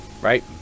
Right